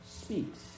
speaks